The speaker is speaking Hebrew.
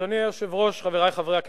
אדוני היושב-ראש, חברי חברי הכנסת,